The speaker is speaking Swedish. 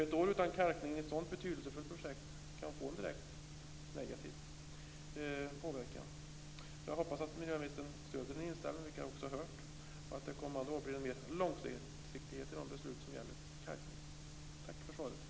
Ett år utan kalkning i ett sådant betydelsefullt projekt kan få en direkt negativ påverkan. Jag hoppas att miljöministern stöder den inställningen, vilket vi också har hört, och att det kommer att bli mer långsiktighet i de beslut som gäller kalkning. Tack för svaret!